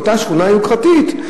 ואותה שכונה יוקרתית,